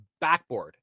backboard